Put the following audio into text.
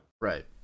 Right